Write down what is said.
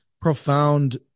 profound